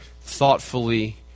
thoughtfully